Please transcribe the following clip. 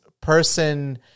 person